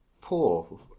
poor